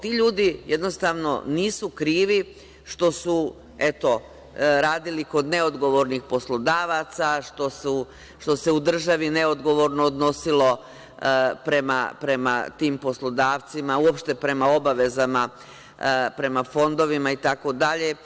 Ti ljudi, jednostavno, nisu krivi što su, eto, radili kod neodgovornih poslodavac, što se u državi neodgovorno odnosilo prema tim poslodavcima, uopšte prema obavezama, prema fondovima itd.